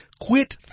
quit